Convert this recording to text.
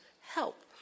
Help